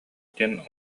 диэн